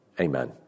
Amen